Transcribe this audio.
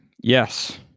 Yes